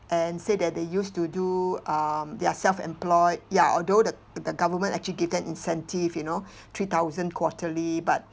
and said that they used to do um they are self-employed ya although the the government actually give them incentive you know three thousand quarterly but